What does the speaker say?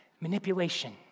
Manipulation